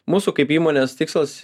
mūsų kaip įmonės tikslas